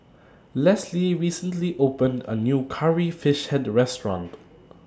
Leslie recently opened A New Curry Fish Head Restaurant